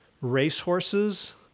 racehorses